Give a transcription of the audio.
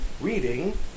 reading